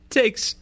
takes